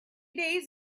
days